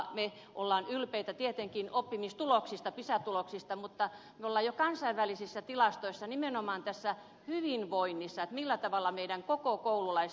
me olemme ylpeitä tietenkin oppimistuloksista pisa tuloksista mutta me olemme jo kansainvälisissä tilastoissa nimenomaan tässä hyvinvoinnissa jäljessä millä tavalla meidän koululaiset voivat